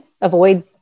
avoid